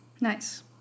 Nice